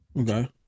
Okay